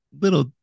little